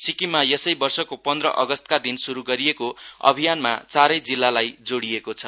सिक्किम यसै वर्षको पन्द्र अगस्तका दिन श्रू गरिएको अभियानमा चारै जिल्लालाई जोड़िएको छ